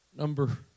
Number